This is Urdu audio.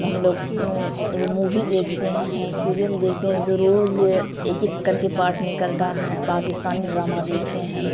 ہم لوگ مووی دیکھتے ہیں سیریل دیکھتے ہیں زو روز ایک ایک کر کے پارٹ نکلتا ہے پاکستانی ڈرامہ دیکھتے ہیں